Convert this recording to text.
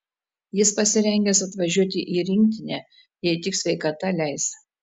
jis pasirengęs atvažiuoti į rinktinę jei tik sveikata leis